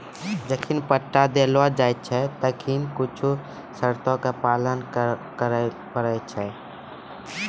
जखनि पट्टा देलो जाय छै तखनि कुछु शर्तो के पालन सेहो करै पड़ै छै